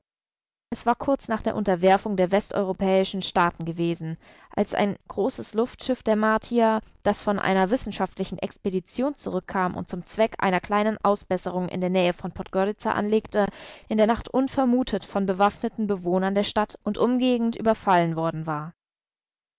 es war kurz nach der unterwerfung der westeuropäischen staaten gewesen als ein großes luftschiff der martier das von einer wissenschaftlichen expedition zurückkam und zum zweck einer kleinen ausbesserung in der nähe von podgoritza anlegte in der nacht unvermutet von bewaffneten bewohnern der stadt und umgegend überfallen worden war